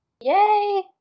Yay